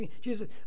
Jesus